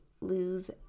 lose